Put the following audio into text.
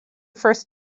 first